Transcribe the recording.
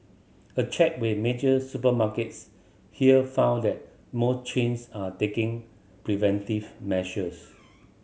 a check with major supermarkets here found that most chains are taking preventive measures